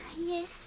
Yes